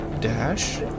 dash